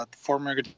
former